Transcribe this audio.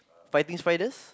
fighting spiders